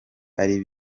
ari